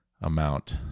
amount